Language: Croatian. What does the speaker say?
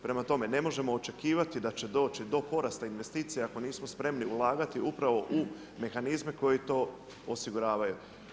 Prema tome, ne možemo očekivati da će doći do porasta investicija ako nismo spremni ulagati upravo u mehanizme koji to osiguravaju.